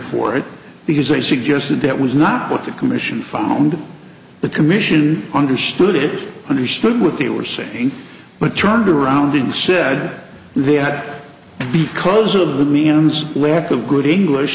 for it because they suggested it was not what the commission found the commission understood it understood what they were saying but turned around and said they had the close of the man's lack of good english